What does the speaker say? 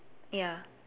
ya